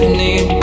need